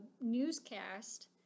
newscast